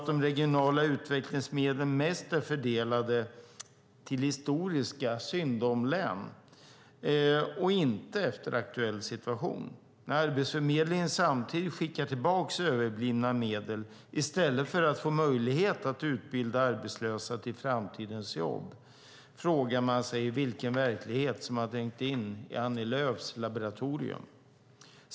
De regionala utvecklingsmedlen är mest fördelade till historiska synd-om-län och inte efter aktuell situation. När Arbetsförmedlingen samtidigt skickar tillbaka överblivna medel i stället för att få möjlighet att utbilda arbetslösa till framtidens jobb frågar man sig vilken verklighet som har trängt in i Annie Lööfs laboratorium.